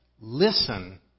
listen